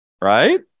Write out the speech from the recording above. right